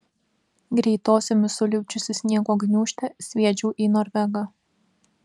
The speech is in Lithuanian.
greitosiomis sulipdžiusi sniego gniūžtę sviedžiau į norvegą